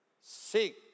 Seek